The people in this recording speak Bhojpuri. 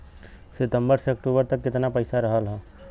सितंबर से अक्टूबर तक कितना पैसा रहल ह?